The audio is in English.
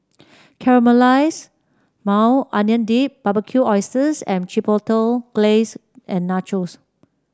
Caramelized Maui Onion Dip Barbecued Oysters with Chipotle Glaze and Nachos